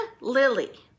Lily